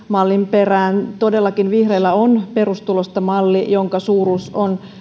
perään todellakin vihreillä on perustulosta malli jonka suuruus on